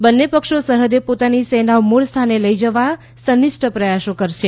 બંન્ને પક્ષી સરહદે પોતાની સેના મૂળ સ્થાને લઈ જવા સનીષ્ઠ પ્રયાસો કરશે